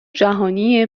جهانی